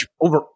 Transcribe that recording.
over